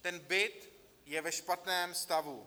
Ten byt je ve špatném stavu.